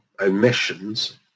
omissions